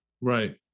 Right